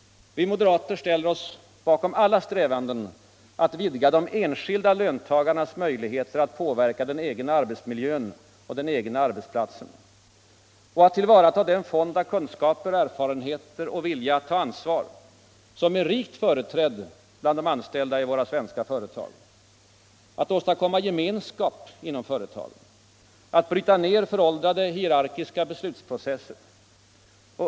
Vi moderater ställer oss bakom alla strävanden att vidga de enskilda löntagarnas möjligheter att påverka den egna arbetsmiljön och den egna arbetsplatsen samt att tillvarata den fond av kunskaper, erfarenheter och vilja att ta ansvar som är rikt företrädd bland de anställda i våra svenska företag — att åstadkomma gemenskap inom företagen, att bryta ner föråldrade, hierarkiska beslutsprocesser.